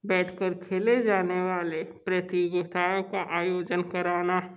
बैठ कर खेले जाने वाली प्रतियोगिताओं का आयोजन कराना